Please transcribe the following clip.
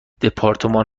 دپارتمان